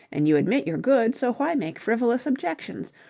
and you admit you're good, so why make frivolous objections?